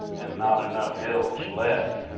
and not enough hills left.